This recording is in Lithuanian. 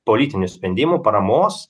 politinių sprendimų paramos